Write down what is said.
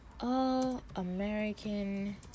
All-American